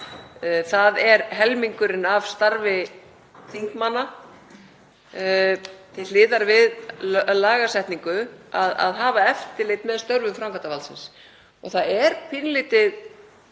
Það er helmingurinn af starfi þingmanna, til hliðar við lagasetningu, að hafa eftirlit með störfum framkvæmdarvaldsins. Það er pínulítið